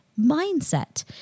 mindset